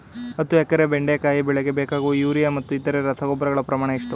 ಹತ್ತು ಎಕರೆ ಬೆಂಡೆಕಾಯಿ ಬೆಳೆಗೆ ಬೇಕಾಗುವ ಯೂರಿಯಾ ಮತ್ತು ಇತರೆ ರಸಗೊಬ್ಬರಗಳ ಪ್ರಮಾಣ ಎಷ್ಟು?